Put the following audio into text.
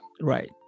right